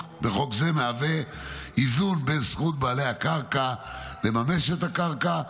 זה מהווה איזון בין זכות בעלי הקרקע לממש את הקרקע,